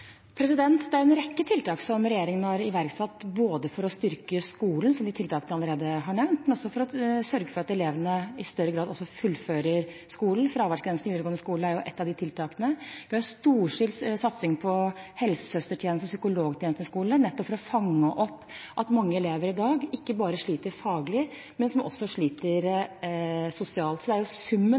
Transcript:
en rekke tiltak for å styrke skolen, som de tiltakene jeg allerede har nevnt, men også for å sørge for at elevene i større grad fullfører skolen. Fraværsgrensen i videregående skole er ett av de tiltakene. Vi har en storstilt satsing på helsesøster- og psykologtjeneste i skolen, nettopp for å fange opp at mange elever i dag ikke bare sliter faglig, men også sosialt. Så det er jo summen